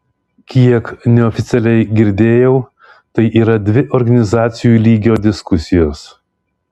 kiek neoficialiai girdėjau tai yra dvi organizacijų lygio diskusijos